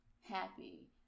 happy